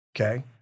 okay